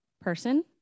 person